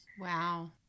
Wow